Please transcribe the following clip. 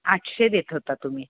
आठशे देत होता तुम्ही